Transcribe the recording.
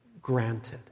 Granted